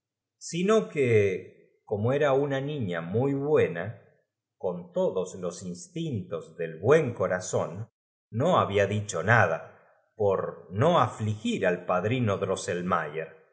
sino q uo como era una niña muy buena con todos los iustintos del buen co razón no hablad icho nada niños que se paseen y que los que estén por no afligir al padrino